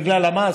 בגלל המס?